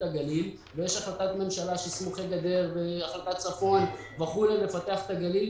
הגליל ויש החלטת ממשלה לפתח את הגליל,